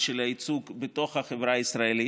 ישיב השר להשכלה גבוהה חבר הכנסת זאב אלקין,